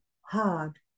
hard